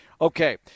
Okay